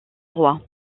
roi